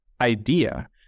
idea